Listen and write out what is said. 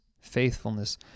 faithfulness